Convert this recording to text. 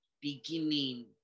beginning